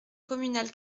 communale